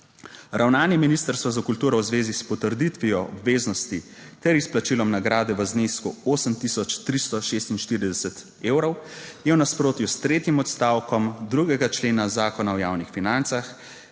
Ravnanje ministrstva za kulturo v zvezi s potrditvijo obveznosti ter izplačilom nagrade v znesku 8346 evrov je v nasprotju s tretjim odstavkom 2. člena Zakona o javnih financah,